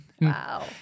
Wow